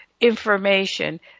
information